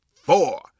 four